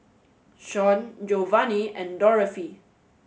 Sean Geovanni and Dorothy